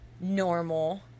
normal